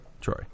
Troy